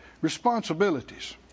responsibilities